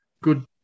good